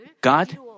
God